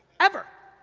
ever.